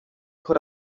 put